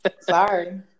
sorry